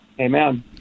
Amen